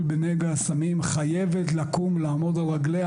בנגע הסמים חייבת לקום ולעמוד על רגליה,